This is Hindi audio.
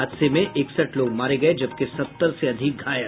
हादसे में इकसठ लोग मारे गये जबकि सत्तर से अधिक घायल